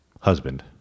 husband